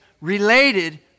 related